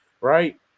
right